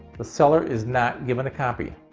the seller is not given a copy.